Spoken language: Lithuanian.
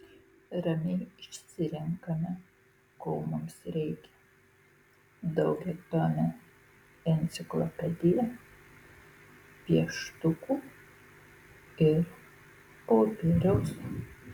ramiai išsirenkame ko mums reikia daugiatomę enciklopediją pieštukų ir popieriaus